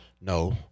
no